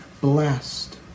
blessed